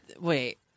Wait